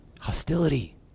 Hostility